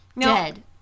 Dead